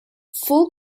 full